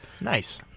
Nice